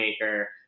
maker